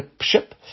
ship